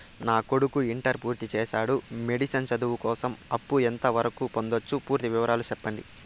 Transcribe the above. నా కొడుకు ఇంటర్ పూర్తి చేసాడు, మెడిసిన్ చదువు కోసం అప్పు ఎంత వరకు పొందొచ్చు? పూర్తి వివరాలు సెప్పండీ?